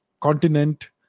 continent